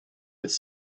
with